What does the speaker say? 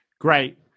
Great